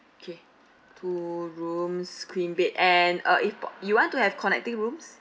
okay two rooms queen bed and uh if you want to have connecting rooms